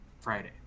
Friday